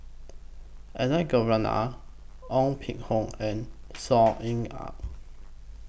Elangovan Ong Peng Hock and Saw Ean Ang